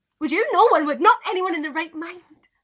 would you? no one would. not anyone in their right mind.